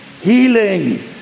healing